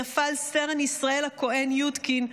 נפל סרן ישראל הכהן יודקין,